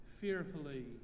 fearfully